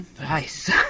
nice